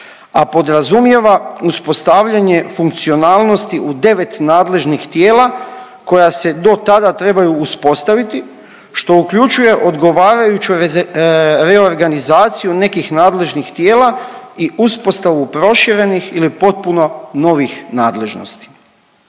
a podrazumijeva uspostavljanje funkcionalnosti u 9 nadležnih tijela koja se do tada trebaju uspostaviti, što uključuje odgovarajuću reorganizaciju nekih nadležnih tijela i uspostavu proširenih ili potpuno novih nadležnosti.